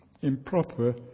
improper